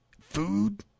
food